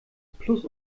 plus